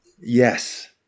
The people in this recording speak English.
Yes